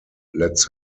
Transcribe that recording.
lets